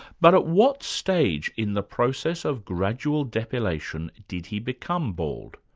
but at what stage in the process of gradual depilation did he become bald?